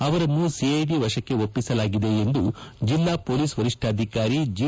ಅವರನ್ನು ಸಿಐಡಿ ವಶಕ್ಕೆ ಒಪ್ಪಿಸಲಾಗಿದೆ ಎಂದು ಜಿಲ್ಲಾ ಮೊಲೀಸ್ ವರಿಷ್ಠಾಧಿಕಾರಿ ಜಿ